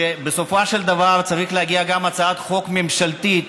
ובסופו של דבר צריכה להגיע גם הצעת חוק ממשלתית